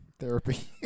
therapy